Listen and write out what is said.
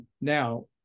Now